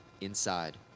inside